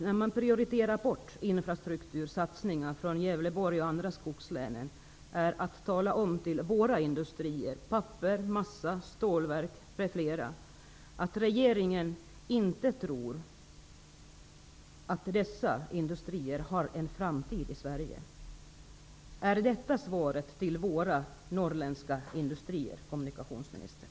När man prioriterar bort infrastruktursatsningar från Gävleborg och de andra skogslänen, är då syftet att tala om för våra industrier -- pappers och massaindustrier, stålverk m.fl. -- att regeringen inte tror att dessa industrier har någon framtid i Sverige? Är detta svaret till de norrländska industrierna, kommunikationsministern?